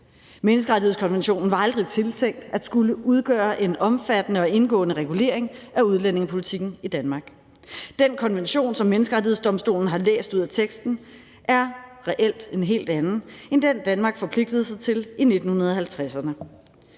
Menneskerettighedskonventionen var aldrig tiltænkt at skulle udgøre en omfattende og indgående regulering af udlændingepolitikken i Danmark. Den konvention, som Menneskerettighedsdomstolen har læst ud af teksten, er reelt en helt anden end den, Danmark forpligtede sig til i 1950'erne.